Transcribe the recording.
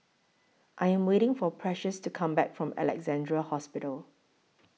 I Am waiting For Precious to Come Back from Alexandra Hospital